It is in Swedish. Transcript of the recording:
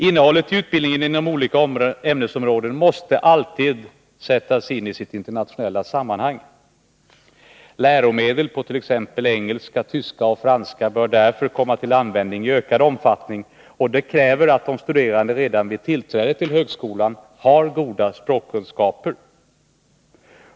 Innehållet i utbildningen inom olika ämnesområden måste alltid sättas in i sitt internationella sammanhang. Läromedel på t.ex. engelska, tyska och franska bör därför komma till användning i ökad omfattning, och det kräver att de studerande redan vid tillträdet till högskolan har goda språkkunskaper.